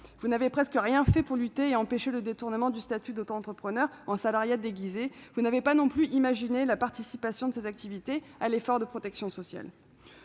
vous n'avez presque rien fait pour empêcher le détournement du statut d'autoentrepreneur en salariat déguisé ; vous n'avez pas non plus imaginé la participation de ces activités à l'effort de protection sociale.